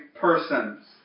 persons